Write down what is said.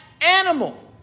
animal